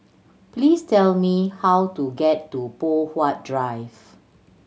please tell me how to get to Poh Huat Drive